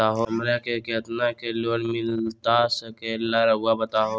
हमरा के कितना के लोन मिलता सके ला रायुआ बताहो?